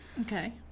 Okay